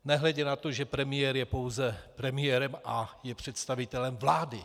Nehledě na to, že premiér je pouze premiérem a je představitelem vlády.